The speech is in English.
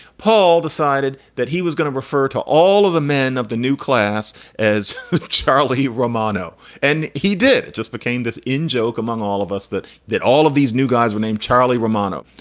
paul decided that he was going to refer to all of the men of the new class as charlie romano, and he did. it just became this in-joke among all of us that that all of these new guys were named charlie romano.